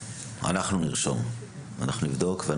אנחנו נרשום ונבדוק.